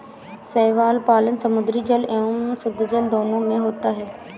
शैवाल पालन समुद्री जल एवं शुद्धजल दोनों में होता है